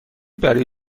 برای